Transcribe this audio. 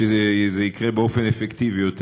שזה יקרה באופן אפקטיבי יותר.